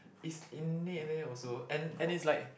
is innate eh also and and is like